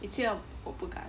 以前我不敢